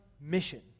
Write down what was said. mission